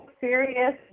serious